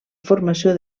formació